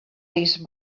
these